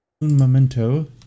Memento